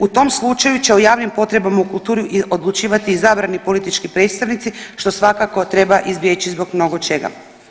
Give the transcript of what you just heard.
U tom slučaju će o javnim potrebama u kulturi odlučivati izabrani politički predstavnici što svakako treba izbjeći zbog mnogo čega.